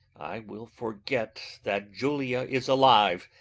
i will forget that julia is alive,